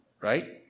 right